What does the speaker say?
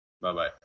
Bye-bye